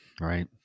right